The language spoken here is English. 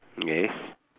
okay